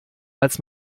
als